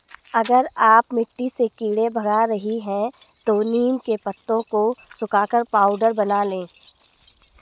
अगर आप मिट्टी से कीड़े भगा रही हैं तो नीम के पत्तों को सुखाकर पाउडर बना लें